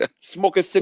Smoking